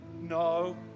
No